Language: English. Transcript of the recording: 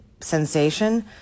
sensation